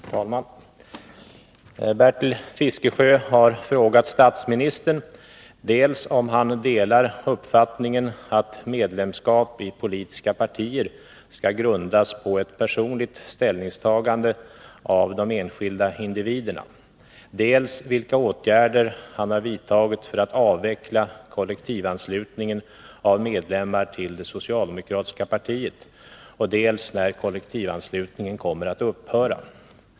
Herr talman! Bertil Fiskesjö har frågat statsministern dels om han delar uppfattningen att medlemskap i politiska partier skall grundas på ett personligt ställningstagande av de enskilda individerna, dels vilka åtgärder han har vidtagit för att avveckla kollektivanslutningen av medlemmar till det socialdemokratiska partiet och dels när kollektivanslutningen kommer att upphöra.